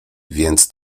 więc